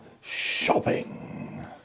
shopping